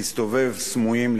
להסתובב סמויים,